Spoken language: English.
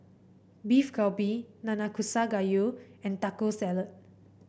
Beef Galbi Nanakusa Gayu and Taco Salad